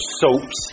soaps